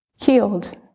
healed